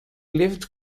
lived